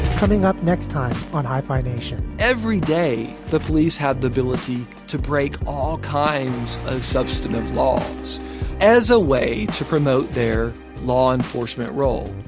coming up next, time on hyphenation. every day the police had the ability to break all kinds of substantive law as a way to promote their law enforcement role.